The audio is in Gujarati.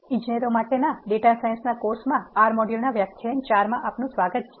ઇજનેરો માટેના ડેટા સાયન્સના કોર્સ માં R મોડ્યુલ ના વ્યાખ્યાન 4 માં આપનું સ્વાગત છે